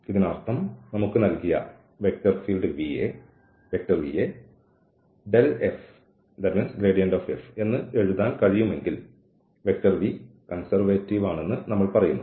ഇതിനർത്ഥം നമുക്ക് നൽകിയ ഈ V യേ f എന്ന് എഴുതാൻ കഴിയുമെങ്കിൽ V കൺസെർവേറ്റീവ് ആണെന്ന് നമ്മൾ പറയുന്നു